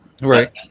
Right